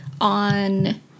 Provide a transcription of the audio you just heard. on